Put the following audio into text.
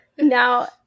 Now